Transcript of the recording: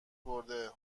برده